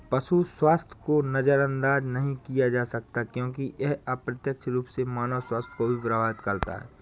पशु स्वास्थ्य को नजरअंदाज नहीं किया जा सकता क्योंकि यह अप्रत्यक्ष रूप से मानव स्वास्थ्य को भी प्रभावित करता है